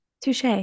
Touche